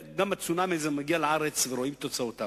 והצונאמי הזה מגיע גם לארץ, ורואים את תוצאותיו,